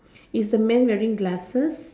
is the man wearing glasses